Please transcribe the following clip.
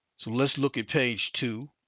so let's look at page two,